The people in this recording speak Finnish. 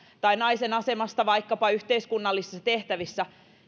tai naisten asemasta vaikkapa yhteiskunnallisissa tehtävissä